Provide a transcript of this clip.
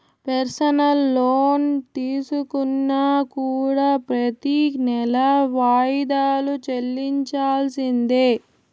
personal loan తీసుకున్నా కూడా ప్రెతి నెలా వాయిదాలు చెల్లించాల్సిందే